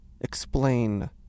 explain